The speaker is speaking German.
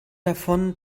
davon